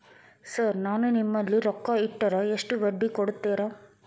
Sir ನಾನು ನಿಮ್ಮಲ್ಲಿ ರೊಕ್ಕ ಇಟ್ಟರ ಎಷ್ಟು ಬಡ್ಡಿ ಕೊಡುತೇರಾ?